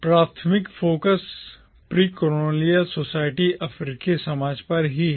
प्राथमिक focus precolonial society अफ्रीकी समाज पर ही है